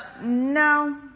no